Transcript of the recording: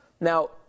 Now